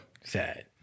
Sad